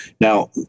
now